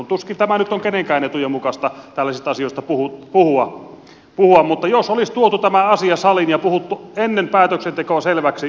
tuskin nyt on kenenkään etujen mukaista tällaisista asioista puhua mutta jos olisi tuotu tämä asia saliin ja puhuttu ennen päätöksentekoa selväksi niin tältä olisi vältytty